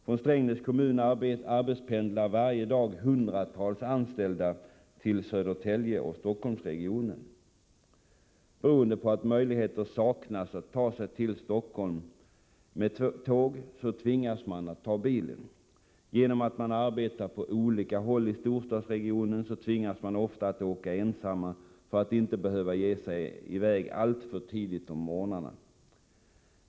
Från Strängnäs kommun arbetspendlar varje dag hundratals anställda till Södertälje-Stockholmsregionen. Beroende på att möjligheter att ta sig till Stockholm med tåg saknas tvingas dessa människor använda bilen. Genom att de arbetar på olika håll i storstadsregionen måste de ofta åka ensamma, för att inte behöva ge sig iväg alltför tidigt om morgnarna.